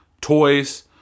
toys